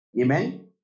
Amen